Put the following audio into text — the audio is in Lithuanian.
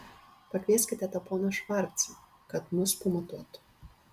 pakvieskite tą poną švarcą kad mus pamatuotų